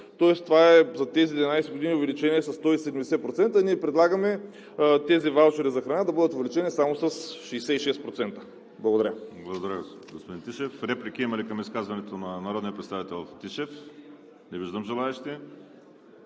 лв., тоест за тези 11 години това е увеличение със 170%. Ние предлагаме тези ваучери за храна да бъдат увеличени само с 66%. Благодаря.